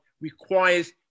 requires